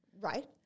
Right